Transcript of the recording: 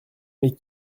mais